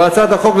בהצעת החוק,